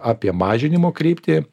apie mažinimo kryptį